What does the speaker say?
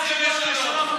הסכמי שלום.